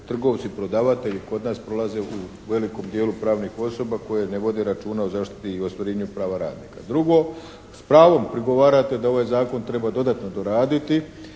trgovci prodavatelji kod nas prolaze u velikom dijelu pravnih osoba koje ne vode računa o zaštiti i ostvarenju prava radnika. Drugo, s pravom prigovarate da ovaj zakon treba dodatno doraditi